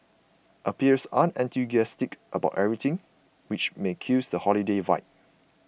appears unenthusiastic about everything which may kills the holiday vibe